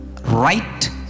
Right